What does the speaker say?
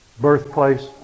Birthplace